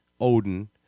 Odin